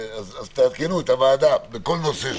תעדכנו את הוועדה בכל נושא שהוא.